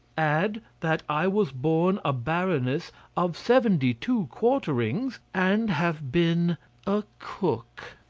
add that i was born a baroness of seventy-two quarterings and have been a cook!